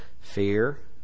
Fear